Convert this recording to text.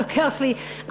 זה לוקח לי,